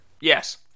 Yes